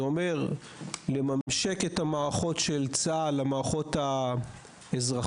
זה אומר לממשק את המערכות של צה"ל למערכות האזרחיות,